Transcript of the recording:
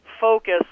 focus